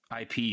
IP